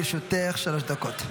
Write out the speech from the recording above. בבקשה, לרשותך שלוש דקות.